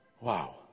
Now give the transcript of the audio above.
wow